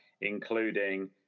including